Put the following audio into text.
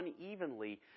unevenly